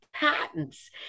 Patents